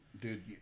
dude